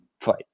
fight